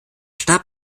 starb